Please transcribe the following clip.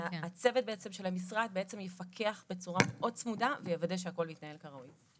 הצוות של המשרד בעצם יפקח בצורה מאוד צמודה ויוודא שהכל מתנהל כראוי.